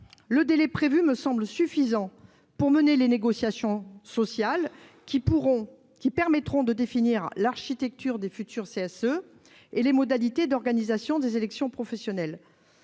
ce délai me semble suffisant pour mener les négociations sociales qui permettront de définir l'architecture des futurs CSE et les modalités d'organisation des élections professionnelles.